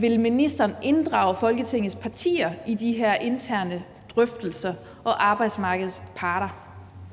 ministeren vil inddrage Folketingets partier i de her interne drøftelser og arbejdsmarkedets parter.